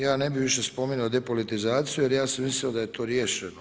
Ja ne bi više spominjao depolitizaciju, jer ja sam mislio da je to riješeno.